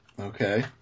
Okay